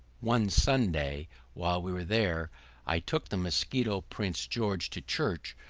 one sunday while we were there i took the musquito prince george to church,